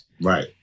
Right